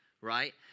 right